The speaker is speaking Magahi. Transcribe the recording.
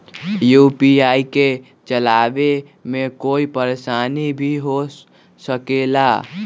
यू.पी.आई के चलावे मे कोई परेशानी भी हो सकेला?